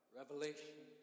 revelation